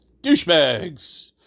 douchebags